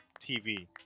TV